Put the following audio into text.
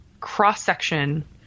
cross-section